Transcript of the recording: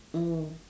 mm